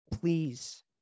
please